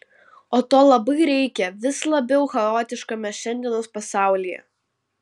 o to labai reikia vis labiau chaotiškame šiandienos pasaulyje